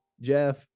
Jeff